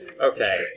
Okay